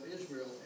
Israel